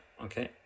Okay